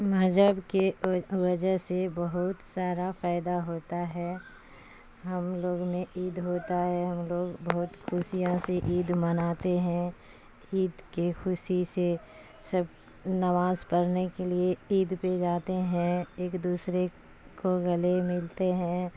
مذہب کے وجہ سے بہت سارا فائدہ ہوتا ہے ہم لوگ میں عید ہوتا ہے ہم لوگ بہت خوشیاں سے عید مناتے ہیں عید کے خوشی سے سب نماز پڑھنے کے لیے عید پہ جاتے ہیں ایک دوسرے کو گلے ملتے ہیں